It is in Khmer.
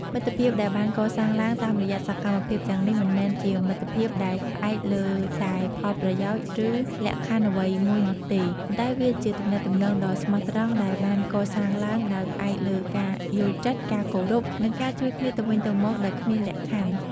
មិត្តភាពដែលបានកសាងឡើងតាមរយៈសកម្មភាពទាំងនេះមិនមែនជាមិត្តភាពដែលផ្អែកលើតែផលប្រយោជន៍ ឬលក្ខខណ្ឌអ្វីមួយនោះទេ ប៉ុន្តែវាជាទំនាក់ទំនងដ៏ស្មោះត្រង់ដែលបានកសាងឡើងដោយផ្អែកលើការយល់ចិត្ត ការគោរព និងការជួយគ្នាទៅវិញទៅមកដោយគ្មានលក្ខខណ្ឌ។